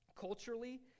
Culturally